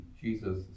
Jesus